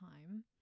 time